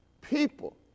people